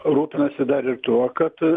rūpinasi dar ir tuo kad